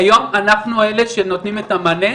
כיום אנחנו אלה שנותנים את המענה,